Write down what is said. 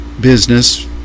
business